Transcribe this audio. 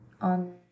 On